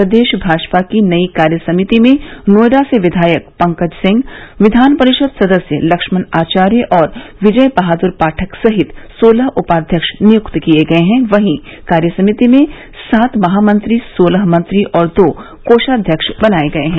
प्रदेश भाजपा की नई कार्यसमिति में नोएडा से विघायक पंकज सिंह विधान परिषद सदस्य लक्ष्मण आचार्य और विजय बहादुर पाठक सहित सोलह उपाध्यक्ष नियुक्त किये गये हैं वहीं कार्यसमिति में सात महामंत्री सोलह मंत्री और दो कोषाध्यक्ष बनाये गये हैं